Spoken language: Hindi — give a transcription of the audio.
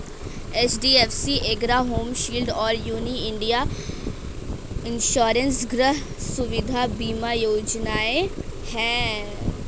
एच.डी.एफ.सी एर्गो होम शील्ड और न्यू इंडिया इंश्योरेंस गृह सुविधा बीमा योजनाएं हैं